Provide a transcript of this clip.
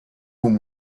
whom